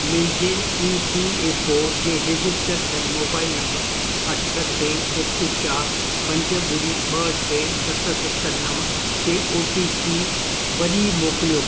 मुंहिंजे E P F O जे register थियलु मोबाइल नंबर अठ टे हिकु चार पंज ॿुड़ी ॿ टे सत सत नव ते ओटीपी वरी मोकिलियो